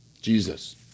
Jesus